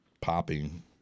popping